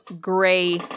gray